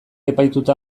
epaituta